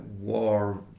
war